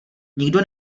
nikdo